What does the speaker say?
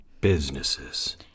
...businesses